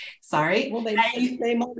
Sorry